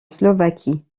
slovaquie